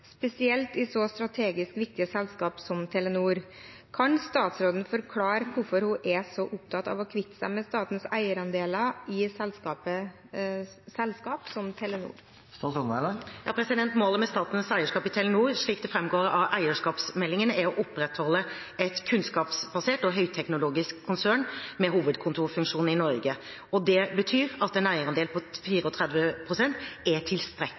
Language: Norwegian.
kvitte seg med statens eierandeler i selskaper som Telenor?» Målet med statens eierskap i Telenor, slik det fremgår av eierskapsmeldingen, er å opprettholde et kunnskapsbasert og høyteknologisk konsern med hovedkontorfunksjoner i Norge. Det betyr at en eierandel på 34 pst. er tilstrekkelig